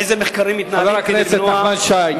איזה מחקרים מתנהלים חבר הכנסת נחמן שי,